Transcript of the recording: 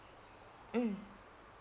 mm